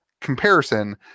comparison